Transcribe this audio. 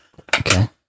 Okay